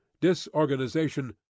disorganization